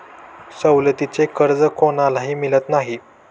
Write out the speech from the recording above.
सवलतीचे कर्ज कोणालाही मिळत नाही